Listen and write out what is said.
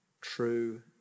true